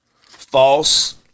False